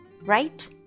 right